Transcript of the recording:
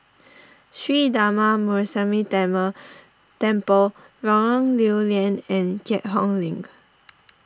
Sri Darma Muneeswaran Temple Lorong Lew Lian and Keat Hong Link